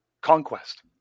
conquest